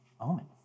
Omen